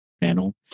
panel